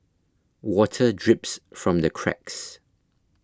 water drips from the cracks